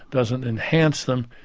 doesn't enhance them.